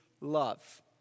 love